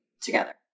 together